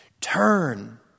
Turn